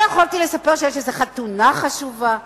לא יכולתי לספר שיש איזה חתונה חשובה?